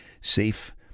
safe